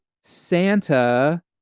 santa